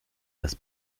das